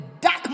dark